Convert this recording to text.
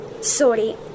Sorry